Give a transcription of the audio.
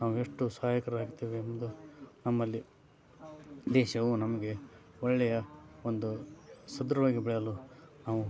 ನಾವು ಎಷ್ಟು ಸಹಾಯಕರಾಗ್ತೇವೆ ಎಂಬುದು ನಮ್ಮಲ್ಲಿ ದೇಶವು ನಮಗೆ ಒಳ್ಳೆಯ ಒಂದು ಸದೃಢವಾಗಿ ಬೆಳೆಯಲು ನಾವು